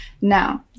Now